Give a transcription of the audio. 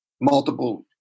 multiple